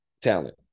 talent